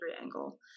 angle